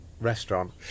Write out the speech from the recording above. restaurant